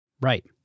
Right